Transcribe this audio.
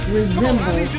resemble